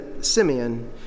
Simeon